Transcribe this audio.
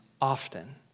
often